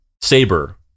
Saber